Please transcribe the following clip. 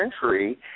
century